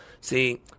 See